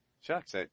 shucks